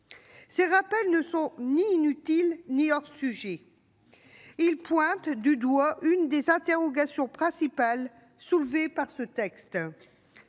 Ces rappels ne sont ni inutiles ni hors sujet. Ils pointent du doigt l'une des interrogations principales soulevées par ce texte